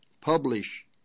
publish